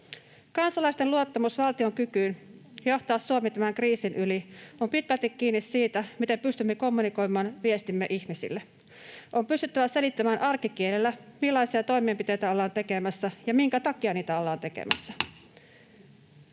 Kansalaisten luottamus valtion kykyyn johtaa Suomi tämän kriisin yli on pitkälti kiinni siitä, miten pystymme kommunikoimaan viestimme ihmisille. On pystyttävä selittämään arkikielellä, millaisia toimenpiteitä ollaan tekemässä ja minkä takia niitä ollaan tekemässä.